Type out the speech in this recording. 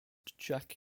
jack